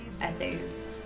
essays